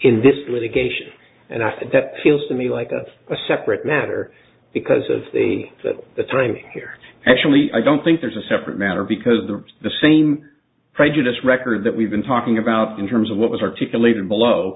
in this litigation and i think that feels to me like that's a separate matter because of the the timing here actually i don't think there's a separate matter because there's the same prejudiced record that we've been talking about in terms of what was articulated below